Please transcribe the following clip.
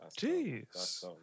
jeez